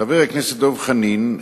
חבר הכנסת דב חנין,